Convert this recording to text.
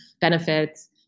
benefits